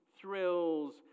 thrills